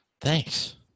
Thanks